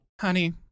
honey